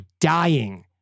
dying